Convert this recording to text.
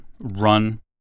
run